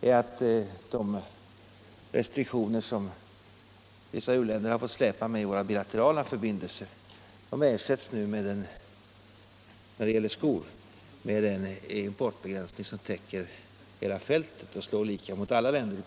är att de restriktioner som vissa u-länder har fått släpa med i våra bilaterala förbindelser ersätts när det gäller skor och stövlar med en importbegränsning som täcker hela fältet och i princip slår lika mot alla länder.